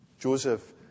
Joseph